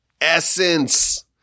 essence